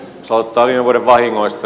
jos aloitetaan viime vuoden vahingoista